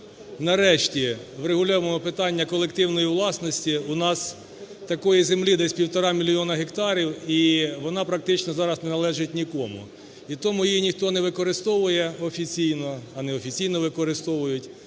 нарешті врегулюємо питання колективної власності, у нас такої землі десь півтора мільйона гектарів і вона практично зараз не належить нікому, і тому її ніхто не використовує офіційно, а неофіційно використовують.